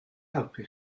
helpu